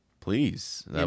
Please